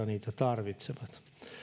niitä tarvitsevat